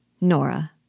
Nora